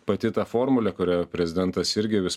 pati ta formulė kurią prezidentas irgi vis